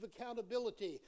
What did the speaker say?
accountability